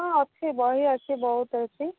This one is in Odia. ହଁ ଅଛି ବହି ଅଛି ବହୁତ ଅଛି